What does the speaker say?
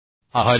आभारी आहे